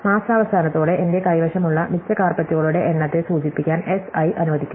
മാസാവസാനത്തോടെ എന്റെ കൈവശമുള്ള മിച്ച കാര്പെറ്റുകളുടെ എണ്ണത്തെ സൂചിപ്പിക്കാൻ S i അനുവദിക്കുക